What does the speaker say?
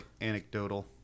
anecdotal